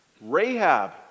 Rahab